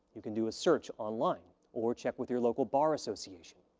you can do a search online or check with your local bar association.